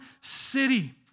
city